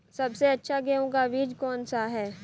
सबसे अच्छा गेहूँ का बीज कौन सा है?